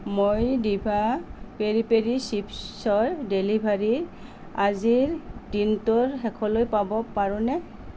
মই ডিভা পেৰি পেৰি চিপ্ছৰ ডেলিভাৰী আজিৰ দিনটোৰ শেষলৈ পাব পাৰোঁনে